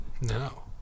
No